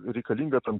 reikalinga tam